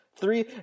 three